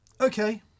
Okay